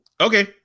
Okay